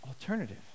alternative